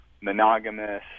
monogamous